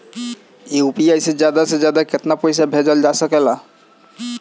UPI से ज्यादा से ज्यादा केतना पईसा भेजल जा सकेला?